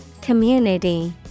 Community